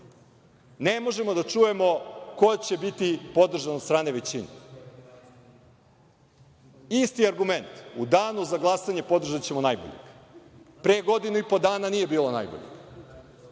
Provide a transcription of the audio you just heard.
Ne možemo da čujemo ko će biti podržan od strane većine. Isti argument - u Danu za glasanje podržaćemo najboljeg. Pre godinu i po dana nije bilo najboljeg.